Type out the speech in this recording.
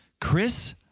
Chris